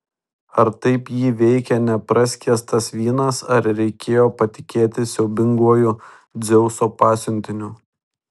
ar taip jį veikė nepraskiestas vynas ar reikėjo patikėti siaubinguoju dzeuso pasiuntiniu